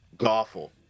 awful